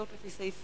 לפי סעיף